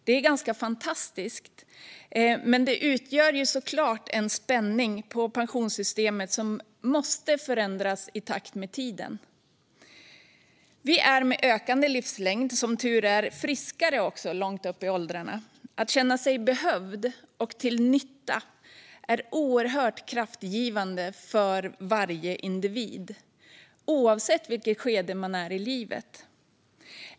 Det är ganska fantastiskt, men det utgör såklart en anspänning för pensionssystemet, som måste förändras i takt med tiden. Vi är, med ökande livslängd, som tur är friskare långt upp i åldrarna. Att känna att man är behövd och till nytta är oerhört kraftgivande för varje individ, oavsett vilket skede i livet man är i.